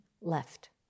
left